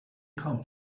come